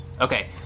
Okay